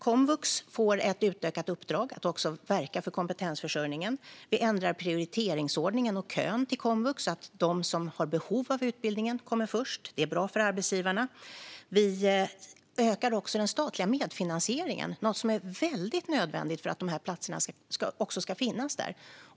Komvux får ett utökat uppdrag att också verka för kompetensförsörjningen. Vi ändrar prioriteringsordningen och kön till komvux, så att de som har behov av utbildningen kommer först. Det är bra för arbetsgivarna. Vi ökar också den statliga medfinansieringen, vilket är helt nödvändigt för att platserna ska finnas.